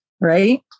right